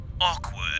awkward